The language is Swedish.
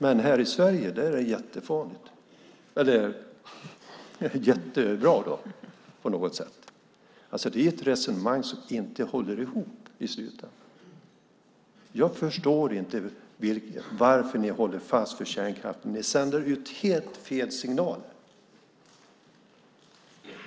Men här i Sverige är det jättebra. Det är ett resonemang som inte håller i slutändan. Jag förstår inte varför ni håller fast vid kärnkraften. Ni sänder ut helt fel signaler.